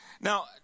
Now